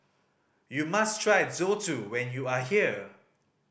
you must try Zosui when you are here